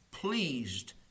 Pleased